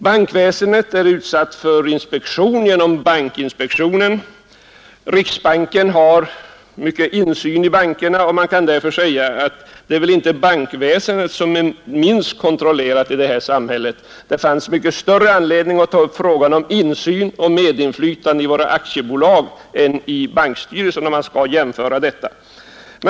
Bankväsendet är utsatt för inspektion genom bankinspektionen. Riksbanken har stor insyn i bankerna. Det är inte bankväsendet som är minst kontrollerat i samhället. Det finns mycket större anledning att ta upp frågan om insyn och medinflytande i våra aktiebolag än i bankstyrelserna, om man skall jämföra detta.